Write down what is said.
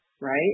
right